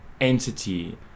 entity